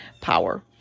power